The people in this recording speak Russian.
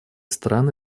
страны